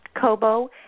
Kobo